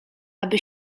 aby